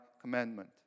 commandment